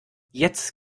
jetzt